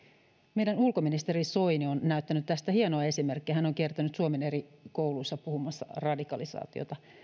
meidän ulkoministeri soini on näyttänyt tästä hienoa esimerkkiä hän on kiertänyt suomen eri kouluissa puhumassa radikalisaatiota